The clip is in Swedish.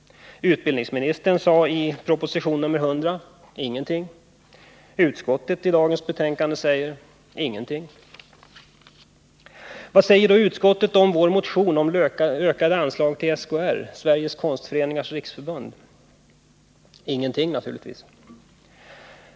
Utbildningsministern sade i proposition nr 100 ingenting. Utskottet säger i dagens betänkande ingenting. Vad säger då utskottet om vår motion om ökade anslag till SKR, Sveriges konstföreningars riksförbund? Ingenting, naturligtvis.